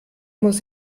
muss